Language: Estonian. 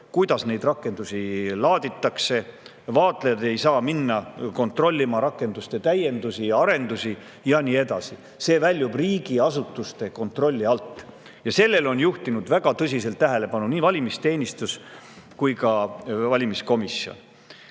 kuidas neid rakendusi laaditakse, vaatlejad ei saa minna kontrollima rakenduste täiendusi ja arendusi ja nii edasi. See väljub riigiasutuste kontrolli alt. Sellele on juhtinud väga tõsiselt tähelepanu nii valimisteenistus kui ka valimiskomisjon.